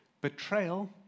Betrayal